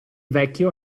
vecchio